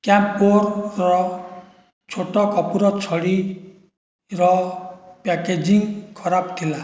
କ୍ୟାମପୋରର ଛୋଟ କର୍ପୂର ଛଡ଼ିର ପ୍ୟାକେଜିଂ ଖରାପ ଥିଲା